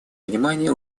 внимание